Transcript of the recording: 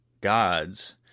gods